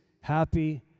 happy